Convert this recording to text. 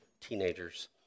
teenagers